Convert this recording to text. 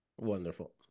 Wonderful